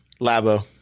Labo